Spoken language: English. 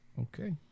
Okay